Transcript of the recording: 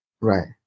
right